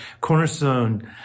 Cornerstone